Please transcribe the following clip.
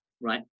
right